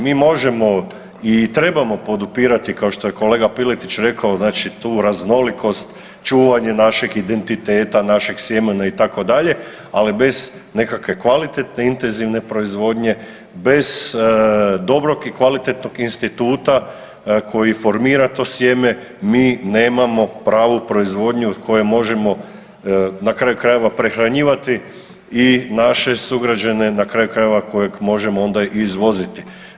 Mi možemo i trebamo podupirati kao što je kolega Piletić rekao tu raznolikost, čuvanje našeg identiteta, našeg sjemena itd., ali bez nekakve kvalitetne intenzivne proizvodnje, bez dobrog i kvalitetnog instituta koji formira to sjeme, mi nemamo pravu proizvodnju koju možemo na kraju krajeva prehranjivati i naše sugrađane na kraju krajeva kojeg možemo onda izvoziti.